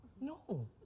No